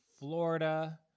Florida